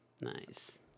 Nice